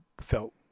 felt